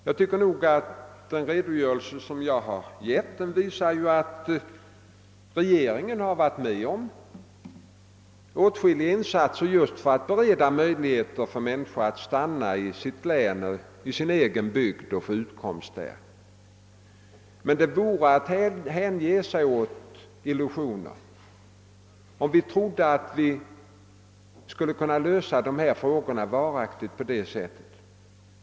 Den redogörelse som jag lämnat visar att regeringen varit med om att göra åtskilliga insatser just för att bereda möjlighet för människor att stanna i sitt län, i sin egen bygd, och få sin utkomst där. Men det vore att hänge sig åt illusioner om vi trodde att vi varaktigt skulle kunna lösa dessa frågor på det sättet.